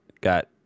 got